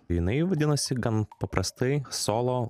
jinai vadinasi gan paprastai solo